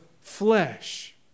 flesh